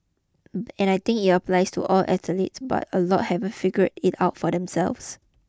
and I think it applies to all athletes but a lot haven't figured it out for themselves